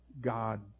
God